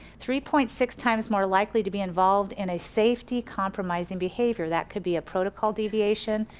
three point six times more likely to be involved in a safety compromising behavior. that could be a protocol deviation,